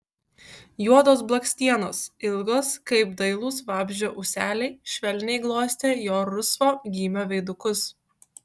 juodos blakstienos ilgos kaip dailūs vabzdžio ūseliai švelniai glostė jo rusvo gymio veidukus